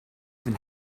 even